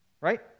Right